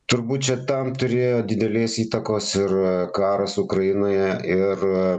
turbūt čia tam turėjo didelės įtakos ir karas ukrainoje ir